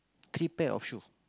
three pair of shoe